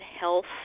health